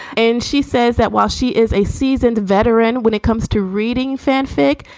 and she says that while she is a seasoned veteran when it comes to reading fanfic,